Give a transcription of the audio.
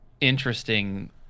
interesting